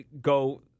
go